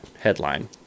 headline